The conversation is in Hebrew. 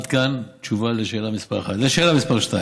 עד כאן תשובה על שאלה מס' 1. לשאלה מס' 2: